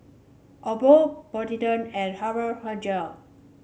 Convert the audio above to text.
Abbott Polident and